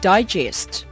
Digest